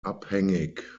abhängig